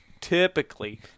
typically